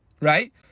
Right